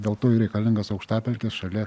dėl to ir reikalingos aukštapelkės šalia